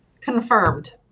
confirmed